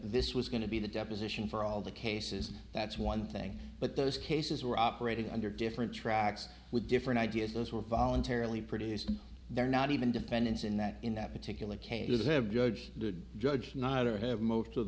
this was going to be the deposition for all the cases that's one thing but those cases were operating under different tracks with different ideas those were voluntarily produced they're not even defendants in that in that particular case have judge did judge not or have most of